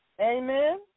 Amen